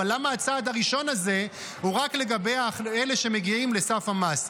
אבל למה הצעד הראשון הזה הוא רק לגבי אלה שמגיעים לסף המס?